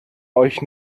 euch